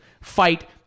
fight